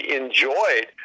enjoyed